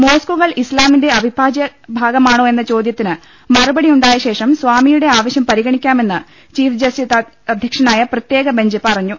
മോസ്കുകൾ ഇസ്ലാമിന്റെ അവിഭാജ്യ ഭാഗമാണോ എന്ന ചോദൃത്തിന് മറു പടിയുണ്ടായ ശേഷം സ്ഥാമിയുടെ ആവശ്യം പരിഗണിക്കാമെന്ന് ചീഫ് ജസ്റ്റിസ് അധ്യക്ഷനായ പ്രത്യേക ബെഞ്ച് പറഞ്ഞു